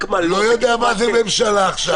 לא יודע מה זה ממשלה עכשיו.